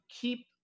keep